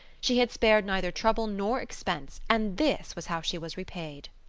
she had spared neither trouble nor expense and this was how she was repaid.